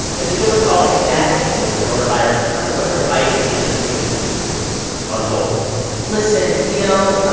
and she can recall exactly when coronavirus kind of put her life in the entertainment industry on hold listen you know,